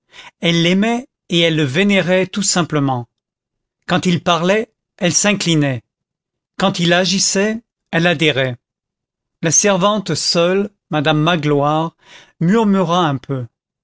elle l'aimait et elle le vénérait tout simplement quand il parlait elle s'inclinait quand il agissait elle adhérait la servante seule madame magloire murmura un peu